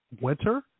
winter